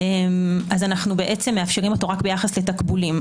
אנו מאפשרים אותו רק ביחס לתקבולים.